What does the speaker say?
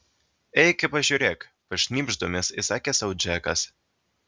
eik ir pažiūrėk pašnibždomis įsakė sau džekas